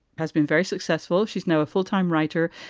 has been very successful. she's now a full time writer.